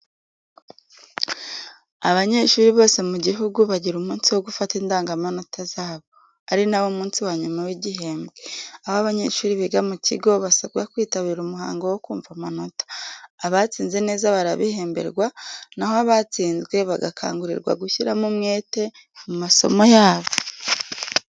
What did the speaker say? Abanyeshuri bose mu gihugu bagira umunsi wo gufata indangamanota zabo, ari nawo munsi wa nyuma w’igihembwe, aho abanyeshuri biga mu kigo basabwa kwitabira umuhango wo kumva amanota. Abatsinze neza barabihemberwa, naho abatsinzwe bagakangurirwa gushyiramo umwete mu masomo yabo.